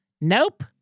Nope